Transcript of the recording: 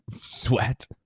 sweat